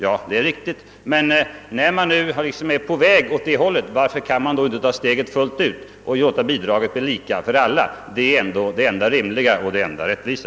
Ja, det är riktigt, men när man nu är på väg åt det hållet, varför kan man inte ta steget fullt ut och låta bidraget bli lika för alla? Det är ändå det enda rimliga och det enda rättvisa.